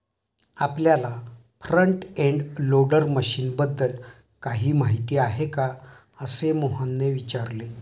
आपल्याला front end loader मशीनबद्दल काही माहिती आहे का, असे मोहनने विचारले?